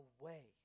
away